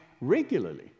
regularly